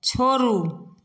छोड़ू